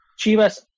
Chivas